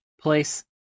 place